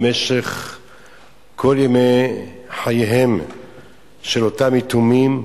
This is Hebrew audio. במשך כל ימי חייהם של אותם יתומים,